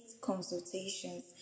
consultations